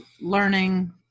learning